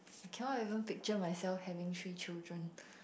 I cannot even picture myself having three children